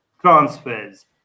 transfers